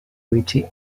richie